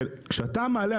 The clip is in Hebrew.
וכשאתה מעלה,